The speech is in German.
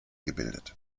gebildet